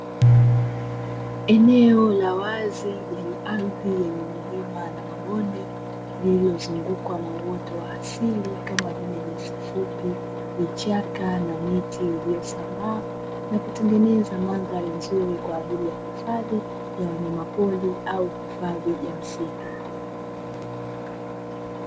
Eneo la wazi lenye ardhi yenye milima na mabonde lililozungukwa na uoto wa asili kama vile nyasi fupi, vichaka na miti iliyosambaa, na kutengeneza mandhari nzuri kwa ajili ya wanyama pori au kwa ajili ya misitu.